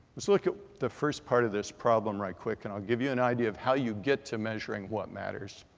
let's look at the first part of this problem right quick and i'll give you an idea of how you get to measuring what matters.